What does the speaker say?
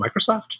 Microsoft